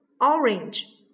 orange